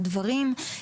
על הדברים.